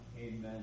Amen